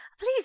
Please